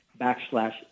backslash